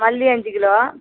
மல்லி அஞ்சு கிலோ